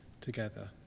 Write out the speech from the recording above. together